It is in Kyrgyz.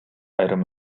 айрым